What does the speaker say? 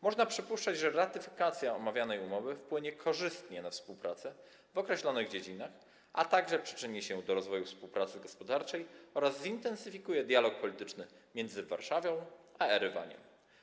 Można przypuszczać, że ratyfikacja omawianej umowy wpłynie korzystnie na współpracę w określonych dziedzinach, a także przyczyni się rozwoju współpracy gospodarczej oraz zintensyfikuje dialog polityczny między Warszawą a Erywaniem.